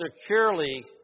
securely